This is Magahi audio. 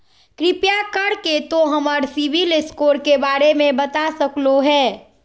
कृपया कर के तों हमर सिबिल स्कोर के बारे में बता सकलो हें?